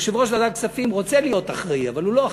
יושב-ראש ועדת הכספים רוצה להיות אחראי אבל הוא לא אחראי.